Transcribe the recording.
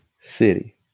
city